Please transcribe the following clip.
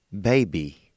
baby